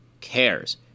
cares